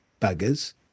buggers